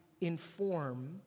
inform